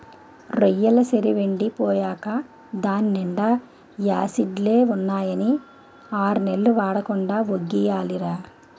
రొయ్యెల సెరువెండి పోయేకా దాన్నీండా యాసిడ్లే ఉన్నాయని ఆర్నెల్లు వాడకుండా వొగ్గియాలిరా